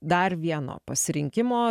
dar vieno pasirinkimo